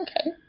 Okay